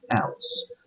else